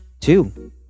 two